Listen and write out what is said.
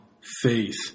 Faith